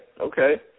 okay